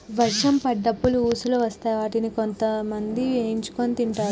వర్షం పడ్డప్పుడు ఉసుల్లు వస్తాయ్ వాటిని కొంతమంది వేయించుకొని తింటరు